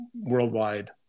worldwide